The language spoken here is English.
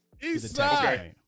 Eastside